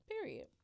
period